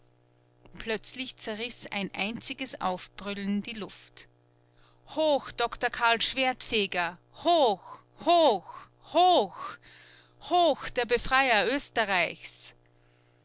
plötzlich zerriß ein einziges aufbrüllen die luft hoch doktor karl schwertfeger hoch hoch hoch hoch der befreier oesterreichs